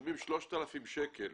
משלמים 3,000 שקל.